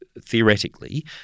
theoretically